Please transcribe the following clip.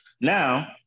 Now